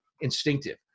instinctive